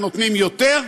שנותנים יותר,